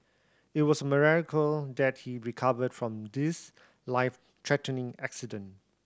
it was a miracle that he recovered from this life threatening accident